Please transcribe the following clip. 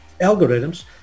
algorithms